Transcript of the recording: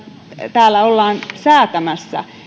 täällä ollaan säätämässä